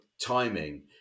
timing